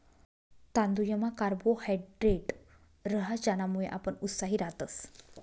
तांदुयमा कार्बोहायड्रेट रहास ज्यानामुये आपण उत्साही रातस